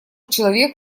человек